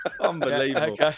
Unbelievable